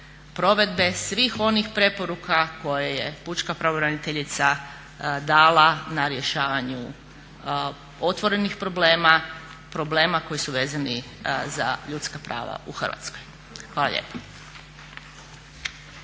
provedbe svih onih preporuka koje je pučka pravobraniteljica dala na rješavanju otvorenih problema, problema koji su vezani za ljudska prava u Hrvatskoj. Hvala lijepa.